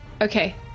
okay